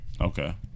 Okay